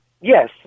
Yes